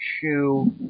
shoe